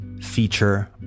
feature